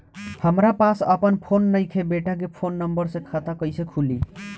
हमरा पास आपन फोन नईखे बेटा के फोन नंबर से खाता कइसे खुली?